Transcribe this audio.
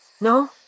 No